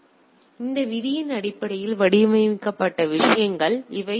எனவே இந்த விதியின் அடிப்படையில் வடிகட்டப்பட்ட விஷயங்கள் இவை